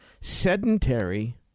sedentary